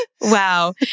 wow